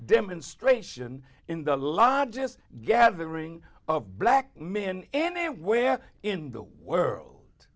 demonstration in the lot just gathering of black men anywhere in the world